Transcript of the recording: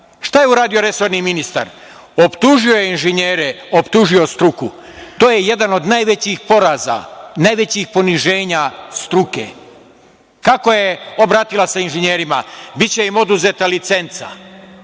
Šta je uradio resorni ministar? Optužio je inženjere, optužio je struku. To je jedan od najvećih poraza, najvećih poniženja struke. Kako se obratila inženjerima? Biće im oduzeta licenca,